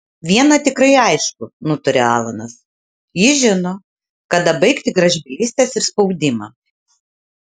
viena tikrai aišku nutarė alanas ji žino kada baigti gražbylystes ir spaudimą